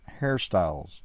hairstyles